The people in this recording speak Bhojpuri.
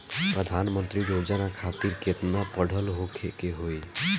प्रधानमंत्री योजना खातिर केतना पढ़ल होखे के होई?